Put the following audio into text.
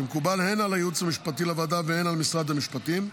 שמקובל הן על הייעוץ המשפטי לוועדה והן על משרד המשפטים,